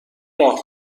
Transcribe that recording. راه